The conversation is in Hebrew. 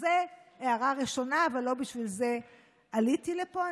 אז זו הערה ראשונה, אבל לא בשביל זה עליתי לפה.